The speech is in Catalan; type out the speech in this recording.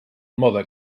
mode